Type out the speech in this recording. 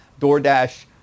doordash